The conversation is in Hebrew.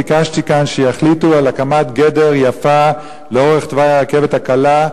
ביקשתי כאן שיחליטו על הקמת גדר יפה לאורך תוואי הרכבת הקלה,